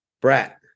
brat